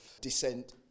...descent